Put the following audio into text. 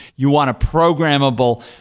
you want a programmable,